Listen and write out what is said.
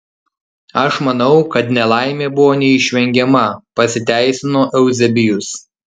aš manau kad nelaimė buvo neišvengiama pasiteisino euzebijus